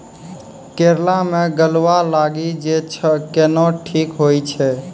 करेला मे गलवा लागी जे छ कैनो ठीक हुई छै?